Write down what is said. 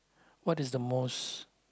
what is the most